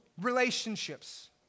relationships